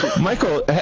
Michael